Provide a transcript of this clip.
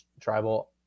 Tribal